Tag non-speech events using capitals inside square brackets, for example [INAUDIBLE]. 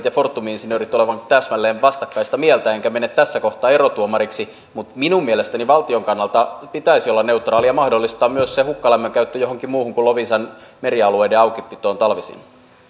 [UNINTELLIGIBLE] ja fortumin insinöörit olevan täsmälleen vastakkaista mieltä enkä mene tässä kohtaa erotuomariksi mutta minun mielestäni valtion kannalta pitäisi olla neutraali ja mahdollistaa myös se hukkalämmön käyttö johonkin muuhun kuin loviisan merialueiden aukipitoon talvisin